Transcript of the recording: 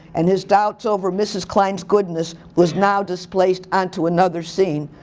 and his doubts over mrs. klein's goodness was now displaced onto another scene.